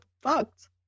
fucked